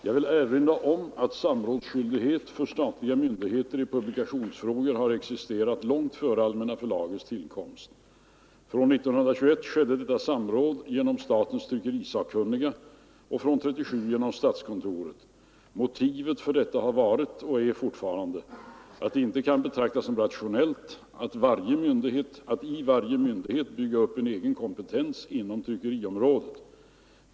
Jag vill erinra om att samrådsskyldighet för statliga myndigheter i publikationsfrågor existerat långt före Allmänna förlagets tillkomst. Från 1921 skedde detta samråd genom statens tryckerisakkunniga och från 1937 genom statskontoret. Motiven för detta har varit, och är fortfarande, att det inte kan betraktas som rationellt att vid varje myndighet bygga upp en egen kompetens inom tryckeriområdet.